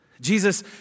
Jesus